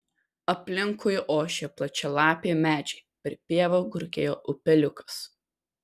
aplinkui ošė plačialapiai medžiai per pievą gurgėjo upeliukas